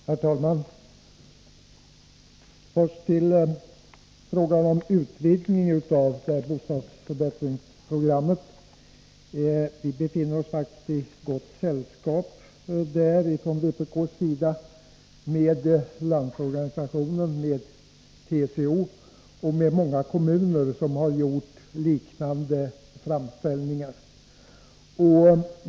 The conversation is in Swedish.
Herr talman! Först till frågan om utvidgning av bostadsförbättringsprogrammet. Vpk befinner sig här faktiskt i gott sällskap, tillsammans med Landsorganisationen, TCO och många kommuner, som har gjort liknande framställningar.